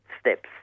steps